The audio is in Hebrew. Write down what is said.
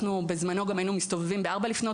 אנחנו בזמנו גם היינו מסתובבים ב- 04:00 לפנות